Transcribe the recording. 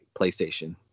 Playstation